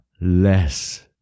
less